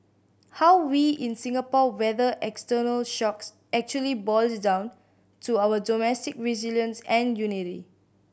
how we in Singapore weather external shocks actually boils down to our domestic resilience and unity